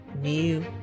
new